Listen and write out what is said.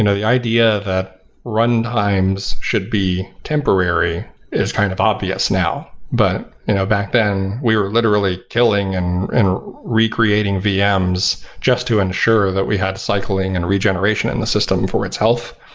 and the idea that run times should be temporary is kind of obvious now. but you know back then we were literally killing and re-creating vms just to ensure that we had cycling and regeneration in the system for its health,